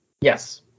Yes